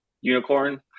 unicorn